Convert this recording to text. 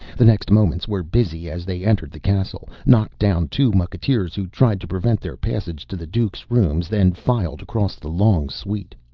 the next moments were busy as they entered the castle, knocked down two mucketeers who tried to prevent their passage to the duke's rooms, then filed across the long suite.